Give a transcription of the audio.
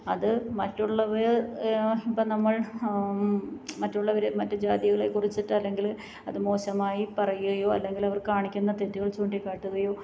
അത് മറ്റുള്ളവർ ഇപ്പോൾ നമ്മൾ മറ്റുള്ളവർ മറ്റേ ജാതികളെ കുറിച്ചിട്ടോ അല്ലെങ്കിൽ അത് മോശമായി പറയുകയോ അല്ലെങ്കിൽ അവർ കാണിക്കുന്ന തെറ്റുകൾ ചൂണ്ടികാട്ടുകയോ